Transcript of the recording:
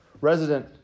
resident